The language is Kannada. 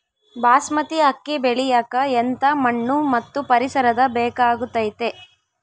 ಬಾಸ್ಮತಿ ಅಕ್ಕಿ ಬೆಳಿಯಕ ಎಂಥ ಮಣ್ಣು ಮತ್ತು ಪರಿಸರದ ಬೇಕಾಗುತೈತೆ?